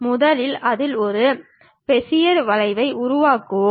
முதலில் அதில் ஒரு பெசியர் வளைவை உருவாக்குவோம்